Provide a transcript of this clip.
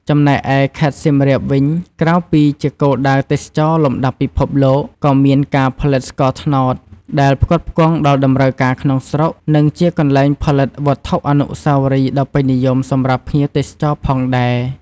ចំណែកឯខេត្តសៀមរាបវិញ ក្រៅពីជាគោលដៅទេសចរណ៍លំដាប់ពិភពលោក ក៏មានការផលិតស្ករត្នោតដែលផ្គត់ផ្គង់ដល់តម្រូវការក្នុងស្រុក និងជាកន្លែងផលិតវត្ថុអនុស្សាវរីយ៍ដ៏ពេញនិយមសម្រាប់ភ្ញៀវទេសចរផងដែរ។